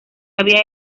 había